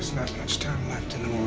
much time left in